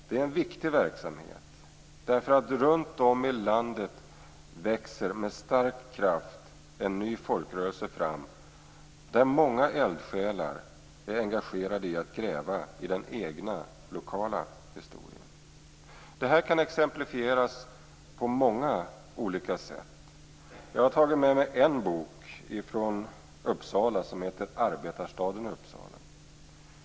Det är en viktig verksamhet, därför att runt om i landet växer med stark kraft en ny folkrörelse fram. Många eldsjälar är engagerade i att gräva i den egna lokala historien. Det här kan exemplifieras på många olika sätt. Jag har tagit med mig en bok från Uppsala som heter Arbetarstaden Uppsala.